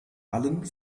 allen